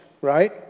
right